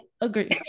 agree